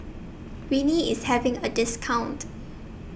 Rene IS having A discount